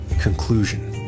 Conclusion